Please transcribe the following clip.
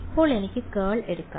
ഇപ്പോൾ എനിക്ക് കേൾ എടുക്കാം